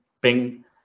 ping